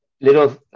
Little